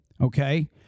Okay